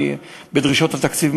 בדרישות התקציב,